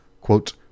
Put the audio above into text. quote